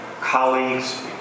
colleagues